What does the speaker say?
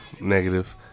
Negative